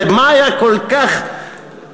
מה היה כל כך להוט?